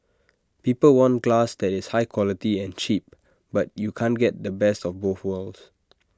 people want glass that is high quality and cheap but you can't get the best of both worlds